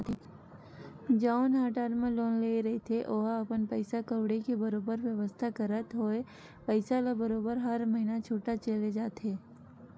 जउन ह term loan ले रहिथे ओहा अपन पइसा कउड़ी के बरोबर बेवस्था करत होय पइसा ल बरोबर हर महिना छूटत चले जाथे